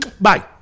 Bye